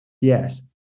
Yes